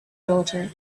daughter